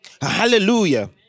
Hallelujah